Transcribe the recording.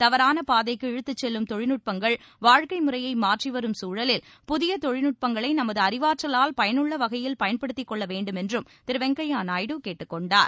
தவறான பாதைக்கு இழுத்துச் செல்லும் தொழில்நுட்பங்கள் வாழ்க்கை முறையை மாற்றி வரும் சூழலில் புதிய தொழில்நுட்பங்களை நமது அறிவாற்றலால் பயனுள்ள வகையில் பயன்படுத்திக் கொள்ள வேண்டுமென்றும் திரு வெங்கய்ய நாயுடு கேட்டுக் கொண்டார்